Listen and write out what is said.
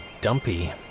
dumpy